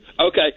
Okay